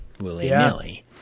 willy-nilly